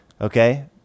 Okay